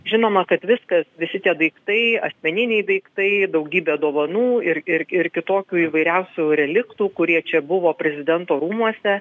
žinoma kad viskas visi tie daiktai asmeniniai daiktai daugybė dovanų ir ir ir kitokių įvairiausių reliktų kurie čia buvo prezidento rūmuose